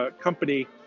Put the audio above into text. company